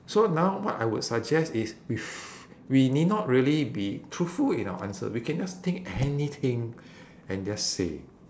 so now what I would suggest is if we need not really be truthful in our answer we can just think anything and just say